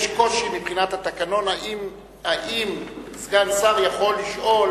יש קושי מבחינת התקנון, אם סגן שר יכול לשאול